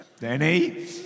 Danny